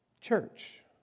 church